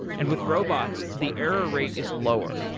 and with robots, the error rate is lower.